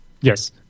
Yes